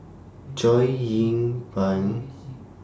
Chow Ying Peng